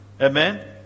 Amen